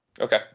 Okay